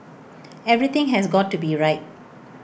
everything has got to be right